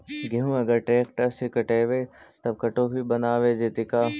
गेहूं अगर ट्रैक्टर से कटबइबै तब कटु भी बनाबे जितै का?